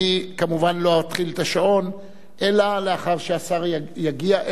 אני כמובן לא אפעיל את השעון אלא לאחר שהשר יגיע,